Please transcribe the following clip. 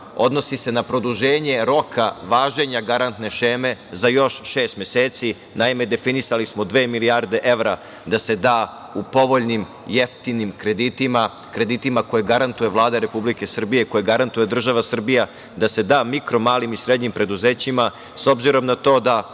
odnosi se na produženje roka važenja garantne šeme za još šest meseci. Naime, definisali smo dve milijarde evra da se da u povoljnim, jeftinim kreditima, kreditima koje garantuje Vlada Republike Srbije i koje garantuje država Srbija, da se da mikro malim i srednjim preduzećima, s obzirom na to da